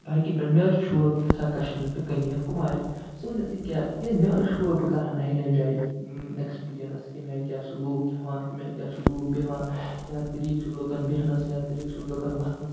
بایکہِ پٮ۪ٹھ مےٚ حظ چھُ شوق بہٕ گژھہٕ ہا کَشمیٖر ٹُو کٔنیاکُماری سُہ ؤنِو تُہۍ کیٛازِ تِکیٛازِ مےٚ اوس شوق بہٕ کرٕہا نَیہِ نَیہِ جایہِ ایٚکٕسپیٖرینٕس کَمہِ آیہِ کیٛاہ لوٗکھ چھِ کھیٚوان کمہِ آیہِ کیٛاہ چھِ لوٗکھ بیٚہوان کیٛاہ طریٖقہٕ چھُ لوٗکَن بیٚہنَس کیاٛہ طریٖقہٕ چھُ لوٗکَن ۄۄتھنَس